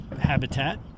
Habitat